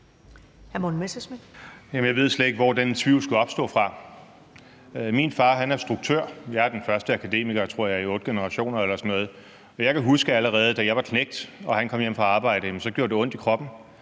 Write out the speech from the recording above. Jeg ved slet ikke, hvoraf den tvivl skulle opstå. Min far er struktør – jeg er den første akademiker i, tror jeg, otte generationer eller sådan noget – og jeg kan huske, at da jeg var knægt og han kom hjem fra arbejde, så havde han ondt i kroppen.